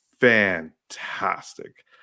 fantastic